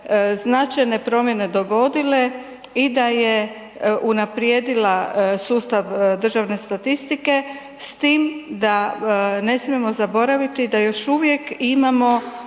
značajne promjene dogodile i da je unaprijedila sustav državne statistike s tim da ne smijemo zaboraviti da još uvijek imamo